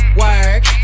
work